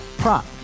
prop